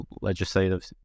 legislative